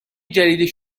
جدید